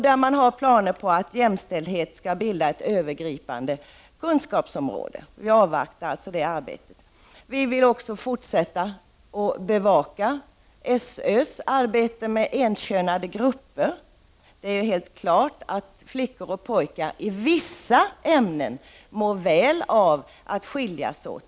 Man har där planer på att jämställdhet skall bilda ett övergripande kunskapsområde, och vi avvaktar det arbetet. Vi vill också fortsätta att bevaka SÖ:s arbete med enkönade grupper. Det är helt klart att flickor och pojkar i vissa ämnen mår väl av att skiljas åt.